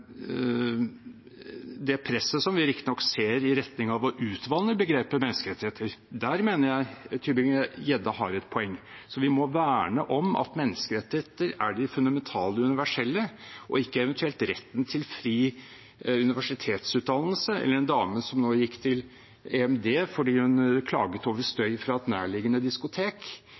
det presset vi riktignok ser i retning av å utvanne begrepet «menneskerettigheter». Der mener jeg Tybring-Gjedde har et poeng. Vi må verne om at menneskerettigheter er de fundamentale universelle, og ikke eventuelt retten til fri universitetsutdannelse, eller som damen som nå gikk til EMD fordi hun klaget over støy fra et nærliggende diskotek.